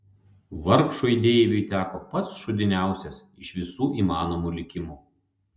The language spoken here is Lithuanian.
vargšui deiviui teko pats šūdiniausias iš visų įmanomų likimų